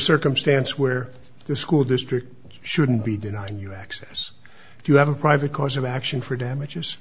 circumstance where the school district shouldn't be denying you access if you have a private cause of action for damages